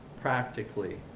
practically